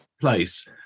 place